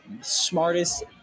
smartest